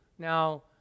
Now